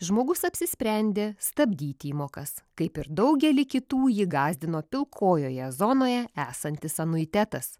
žmogus apsisprendė stabdyti įmokas kaip ir daugelį kitų jį gąsdino pilkojoje zonoje esantis anuitetas